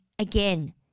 Again